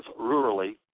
rurally